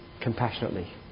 Compassionately